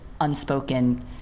unspoken